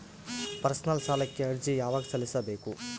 Personal ಸಾಲಕ್ಕೆ ಅರ್ಜಿ ಯವಾಗ ಸಲ್ಲಿಸಬೇಕು?